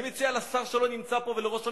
אני מציע לשר שלא נמצא פה ולראש הממשלה,